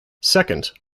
second